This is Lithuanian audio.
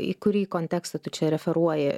į kurį kontekstą tu čia referuoji